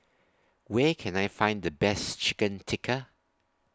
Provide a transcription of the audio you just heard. Where Can I Find The Best Chicken Tikka